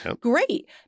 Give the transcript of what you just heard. Great